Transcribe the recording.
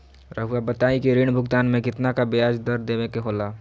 रहुआ बताइं कि ऋण भुगतान में कितना का ब्याज दर देवें के होला?